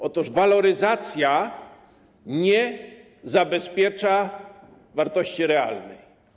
Otóż waloryzacja nie zabezpiecza wartości realnej.